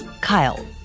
Kyle